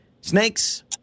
snakes